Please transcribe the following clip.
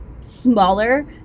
smaller